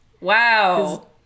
Wow